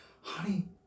honey